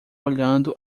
olhando